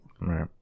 Right